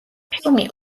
ფილმი